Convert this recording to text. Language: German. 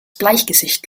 bleichgesicht